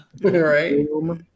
Right